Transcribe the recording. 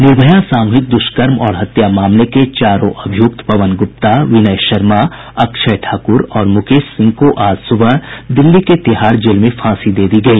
निर्भया सामूहिक दुष्कर्म और हत्या मामले के चारों अभियुक्त पवन गुप्ता विनय शर्मा अक्षय ठाकुर और मुकेश सिंह को आज सुबह दिल्ली के तिहाड़ जेल में फांसी दे दी गई